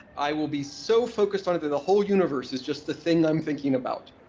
i will be so focused on it that the whole universe is just the thing i'm thinking about.